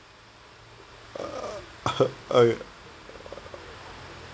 oh yeah